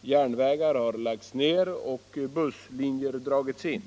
Järnvägar har lagts ned och busslinjer dragits in.